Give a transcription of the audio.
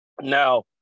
Now